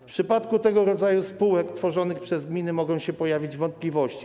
W przypadku tego rodzaju spółek tworzonych przez gminy mogą się pojawić wątpliwości.